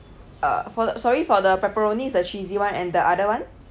uh for the sorry for the pepperoni is the cheesy one and the other one